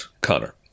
Connor